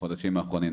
בחודשים האחרונים,